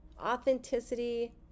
authenticity